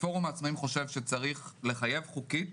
פורום העצמאים חושב שצריך לחייב חוקית